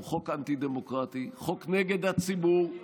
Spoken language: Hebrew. הוא חוק אנטי-דמוקרטי, חוק נגד הציבור.